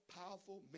powerful